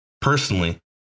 Personally